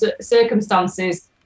circumstances